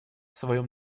своем